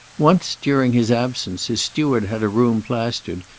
once, during his absence, his steward had a room plastered,